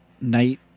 Night